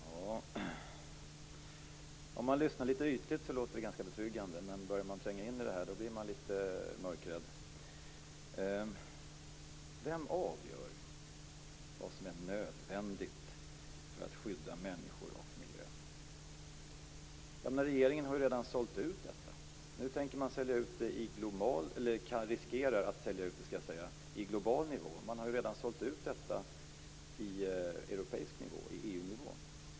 Fru talman! Om man lyssnar ytligt kan man tycka att det låter betryggande. Men om man tränger in i det blir man litet mörkrädd. Vem avgör vad som är nödvändigt för att skydda människor och miljö? Regeringen har redan sålt ut detta. Nu riskerar man att sälja ut detta på global nivå. Man har redan sålt ut det på EU-nivå.